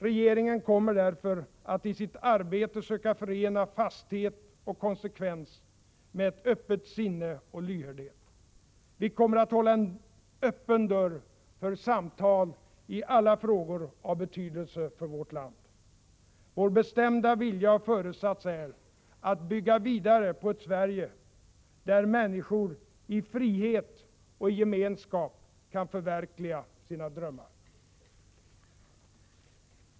Regeringen kommer därför att i sitt arbete söka förena fasthet och konsekvenser med ett öppet sinne och lyhördhet. Vi kommer att hålla en öppen dörr för samtal i alla frågor av betydelse för vårt land. Vår bestämda vilja och föresats är att bygga vidare på ett Sverige där människor i frihet och i gemenskap kan förverkliga sina drömmar.